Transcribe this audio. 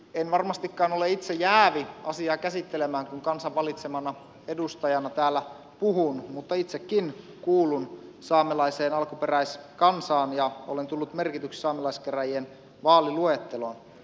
en varmastikaan ole itse jäävi asiaa käsittelemään kun kansan valitsemana edustajana täällä puhun mutta itsekin kuulun saamelaiseen alkuperäiskansaan ja olen tullut merkityksi saamelaiskäräjien vaaliluetteloon